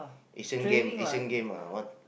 Asian game Asian game lah what